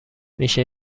میشه